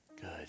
Good